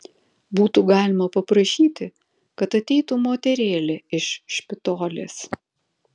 būtų galima paprašyti kad ateitų moterėlė iš špitolės